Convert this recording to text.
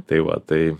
tai va tai